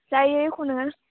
जायो एख' नङा